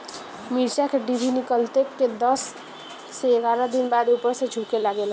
मिरचा क डिभी निकलले के दस से एग्यारह दिन बाद उपर से झुके लागेला?